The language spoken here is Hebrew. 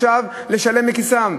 לשלם מכיסם.